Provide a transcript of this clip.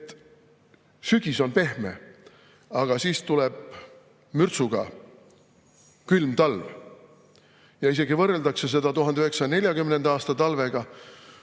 sügis on pehme, aga siis tuleb mürtsuga külm talv. Seda võrreldakse isegi 1940. aasta talvega